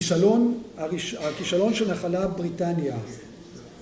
‫הכישלון, הכישלון שנחלה בריטניה